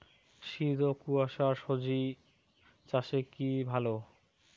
শীত ও কুয়াশা স্বজি চাষে কি ভালো?